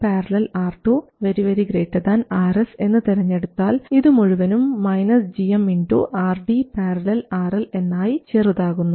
R1 ║ R2 Rs എന്ന് തെരഞ്ഞെടുത്താൽ ഇത് മുഴുവനും gm RD ║RL എന്നായി ചെറുതാകുന്നു